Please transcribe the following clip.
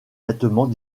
vêtement